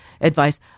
advice